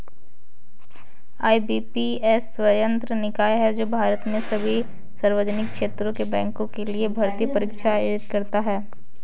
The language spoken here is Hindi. आई.बी.पी.एस स्वायत्त निकाय है जो भारत में सभी सार्वजनिक क्षेत्र के बैंकों के लिए भर्ती परीक्षा आयोजित करता है